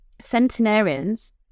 centenarians